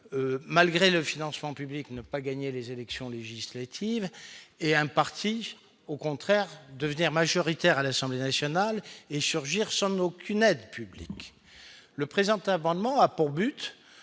malgré le financement public ne pas gagner les élections législatives et un parti au contraire devenir majoritaire à l'Assemblée nationale et surgir somme aucune aide publique le président abonnement a pour but